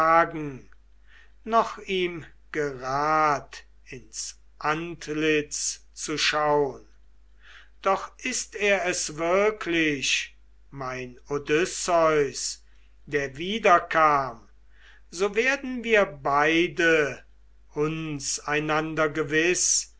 noch ihm gerad ins antlitz zu schaun doch ist er es wirklich mein odysseus der wiederkam so werden wir beide uns einander gewiß